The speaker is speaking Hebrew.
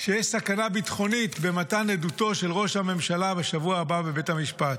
שיש סכנה ביטחונית במתן עדותו של ראש הממשלה בשבוע הבא בבית המשפט.